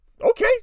okay